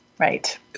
Right